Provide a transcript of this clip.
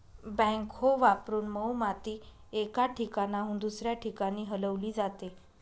backhoe वापरून मऊ माती एका ठिकाणाहून दुसऱ्या ठिकाणी हलवली जाते